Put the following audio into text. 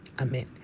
Amen